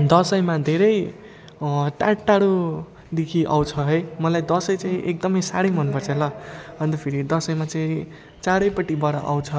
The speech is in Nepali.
दसैँमा धेरै टाढटाढोदेखि आउँछ है मलाई दसैँ चाहिँ एकदमै साह्रै मनपर्छ ल अन्त फेरि दसैँमा चाहिँ चारैपट्टिबाट आउँछ